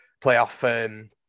playoff